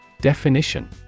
Definition